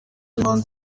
b’impande